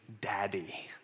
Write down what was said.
daddy